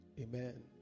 amen